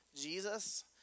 Jesus